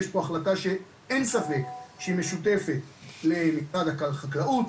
יש פה החלטה שאין ספק שהיא משותפת למשרד החקלאות,